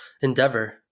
endeavor